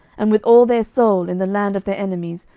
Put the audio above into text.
and with all their soul, in the land of their enemies,